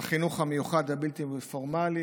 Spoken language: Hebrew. בחינוך המיוחד הבלתי-פורמלי,